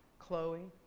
chloe.